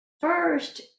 first